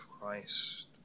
Christ